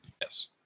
Yes